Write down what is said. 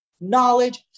knowledge